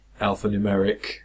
alphanumeric